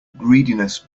greediness